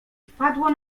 wpadło